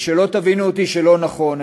ושלא תבינו אותי שלא נכון,